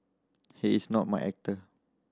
he is not my actor